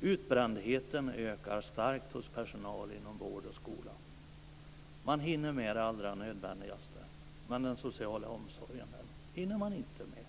Utbrändheten ökar starkt hos personal inom vård och skola. Man hinner med det allra nödvändigaste. Men den sociala omsorgen hinner man inte med.